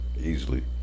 Easily